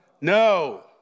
no